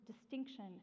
distinction